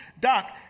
Doc